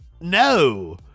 no